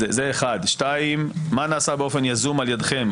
הדבר השני, מה נעשה באופן יזום על ידכם?